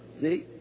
See